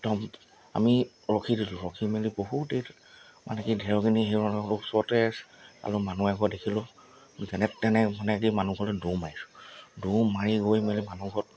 একদম আমি ৰখি দিলোঁ ৰখি মেলি বহুত দেৰি মানে কি ঢেৰেকনি সেই অঞ্চলৰ ওচৰতে আছে আৰু মানুহ এঘৰ দেখিলোঁ যেনে তেনে মানে কি মানুহঘৰলৈ দৌৰ মাৰিছোঁ দৌৰ মাৰি গৈ মেলি মানুহঘৰত